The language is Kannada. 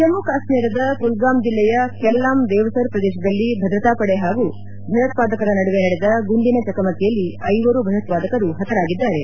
ಜಮ್ಲು ಕಾಶ್ವೀರದ ಕುಲ್ಗಾಮ್ ಜಿಲ್ಲೆಯ ಕೆಲ್ಲಂ ದೇವ್ಸರ್ ಪ್ರದೇಶದಲ್ಲಿ ಭದ್ರತಾ ಪಡೆ ಹಾಗೂ ಭಯೋತ್ವಾದಕರ ನಡುವೆ ನಡೆದ ಗುಂಡಿನ ಚಕಮಕಿಯಲ್ಲಿ ಐವರು ಭಯೋತ್ವಾದಕರು ಹತರಾಗಿದ್ದಾರೆ